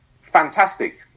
fantastic